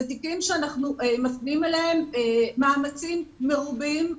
אלה תיקים שאנחנו מפנים אליהם מאמצים מרובים,